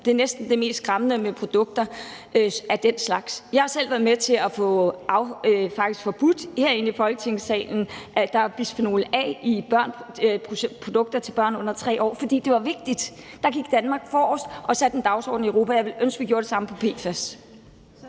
Det er næsten det mest skræmmende med produkter af den slags. Jeg har faktisk selv herinde i Folketingssalen været med til at få forbudt, at der er bisfenol A i produkter til børn under 3 år. For det var vigtigt, og der gik Danmark forrest og satte en dagsorden i Europa, og jeg ville ønske, at vi gjorde det samme med PFAS.